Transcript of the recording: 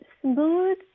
smooth